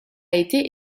été